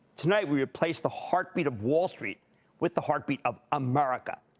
tonight we replace the heartbeat of wall street with the heartbeat of america.